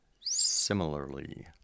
similarly